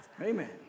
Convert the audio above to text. Amen